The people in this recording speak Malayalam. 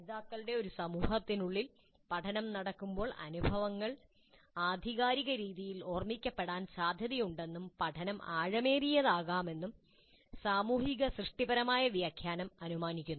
പഠിതാക്കളുടെ ഒരു സമൂഹത്തിനുള്ളിൽ പഠനം നടക്കുമ്പോൾ അനുഭവങ്ങൾ ആധികാരിക രീതിയിൽ ഓർമിക്കപ്പെടാൻ സാധ്യതയുണ്ടെന്നും പഠനം ആഴമേറിയതാകാമെന്നും സാമൂഹിക സൃഷ്ടിപരമായ വ്യാഖ്യാനം അനുമാനിക്കുന്നു